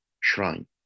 shrine